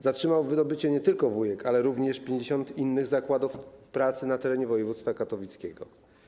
Zatrzymał wydobycie nie tylko Wujek, ale również 50 innych zakładów pracy na terenie województwa katowickiego.